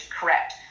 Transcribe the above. correct